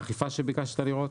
האכיפה שביקשת לראות.